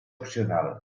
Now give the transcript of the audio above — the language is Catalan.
opcional